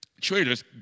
traders